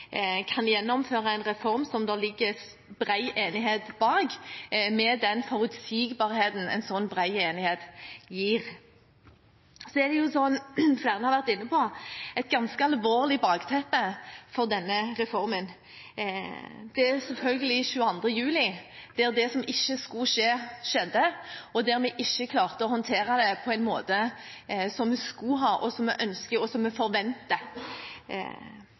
kan gjennomføre en reform som det ligger bred enighet bak, med den forutsigbarheten en slik bred enighet gir. Som flere har vært inne på, er det et ganske alvorlig bakteppe for denne reformen. Det er selvfølgelig 22. juli, da det som ikke skulle skje, skjedde, og som vi ikke klarte å håndtere på en måte som vi skulle, eller som vi kunne ha ønsket og forventet. Det er Gjørv-kommisjonen som peker på de svakhetene som var da, og så har vi